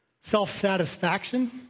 Self-satisfaction